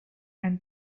and